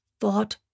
thought